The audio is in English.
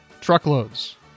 Truckloads